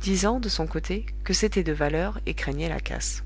disant de son côté que c'était de valeur et craignait la casse